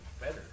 better